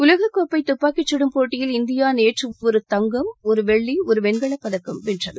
உலக கோப்பை துப்பாக்கி கடும் போட்டியில் இந்தியா நேற்று ஒரு தங்கம் ஒரு வெள்ளி ஒரு வெண்கலப்பதக்கம் வென்றது